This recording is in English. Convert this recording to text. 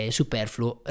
superfluo